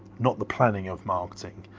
not the planning of marketing.